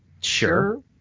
Sure